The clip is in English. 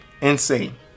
Insane